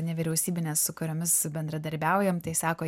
nevyriausybinės su kuriomis bendradarbiaujam tai sako